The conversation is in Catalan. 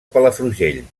palafrugell